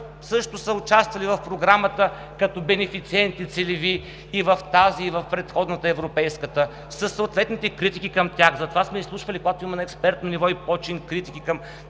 също са участвали в Програмата като целеви бенефициенти – и в тази, и в предходната, Европейската, със съответните критики към тях. Затова сме ги изслушвали, когато има на експертно ниво почин и критики към